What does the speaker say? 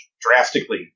drastically